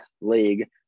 league